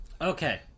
Okay